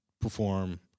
perform